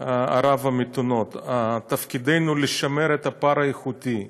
ערב המתונות, תפקידנו לשמר את הפער האיכותי.